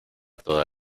toda